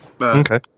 Okay